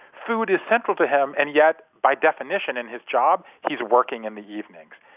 food is central to him, and yet by definition in his job, he's working in the evenings.